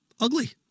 Ugly